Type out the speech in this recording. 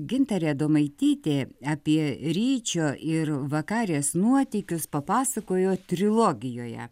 gintarė adomaitytė apie ryčio ir vakarės nuotykius papasakojo trilogijoje